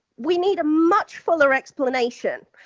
we need a much fuller explanation,